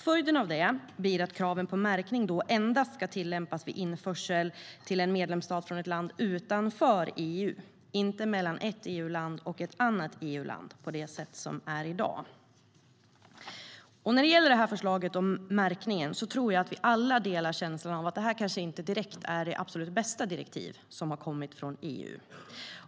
Följden av det blir att kraven på märkning endast ska tillämpas vid införsel till en medlemsstat från ett land utanför EU, inte mellan ett EU-land och ett annat EU-land på det sätt som sker i dag. När det gäller förslaget om märkning tror jag vi alla delar känslan av att det kanske inte direkt är det absolut bästa direktivet som har kommit från EU.